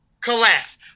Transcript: collapse